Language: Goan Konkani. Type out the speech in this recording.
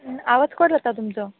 आवाज कट जाता तुमचो